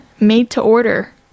made-to-order